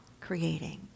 creating